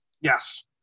Yes